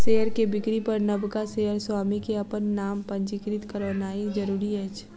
share के बिक्री पर नबका शेयर स्वामी के अपन नाम पंजीकृत करौनाइ जरूरी अछि